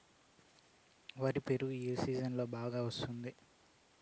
వరి పైరు ఏ సీజన్లలో బాగా వస్తుంది